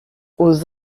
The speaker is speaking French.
aux